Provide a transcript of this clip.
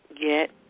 get